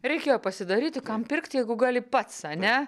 reikėjo pasidaryti kam pirkt jeigu gali pats ane